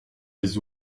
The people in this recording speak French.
des